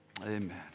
Amen